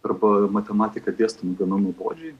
arba matematiką dėstant gana nuobodžiai